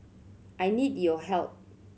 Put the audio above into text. I need your help